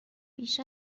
بیش